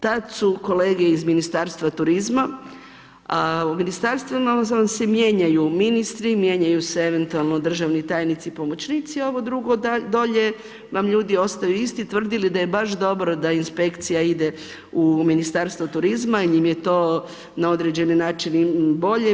Tad su kolege iz Ministarstva turizma, a u ministarstvima vam se mijenjaju ministri, mijenjaju se eventualno državni tajnici i pomoćnici, ovo drugo dolje vam ljudi ostaju isti, tvrdili da je baš dobro da inspekcija ide u Ministarstvo turizma jer im je to na određeni način i bolje.